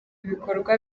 ibikorwa